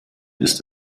ist